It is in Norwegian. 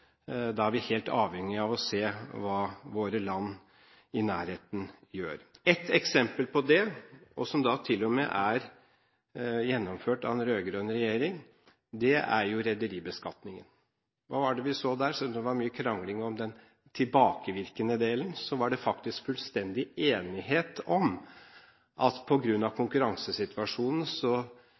helt avhengig av å se hva våre land i nærheten gjør. Ett eksempel på det, som til og med er gjennomført av en rød-grønn regjering, er rederibeskatningen. Hva var det vi så der? Selv om det var mye krangling om den tilbakevirkende delen, var det faktisk fullstendig enighet om at på grunn av konkurransesituasjonen